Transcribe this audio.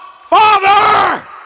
Father